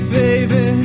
baby